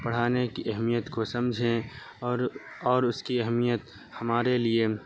پڑھانے کی اہمیت کو سمجھیں اور اور اس کی اہمیت ہمارے لیے